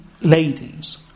ladies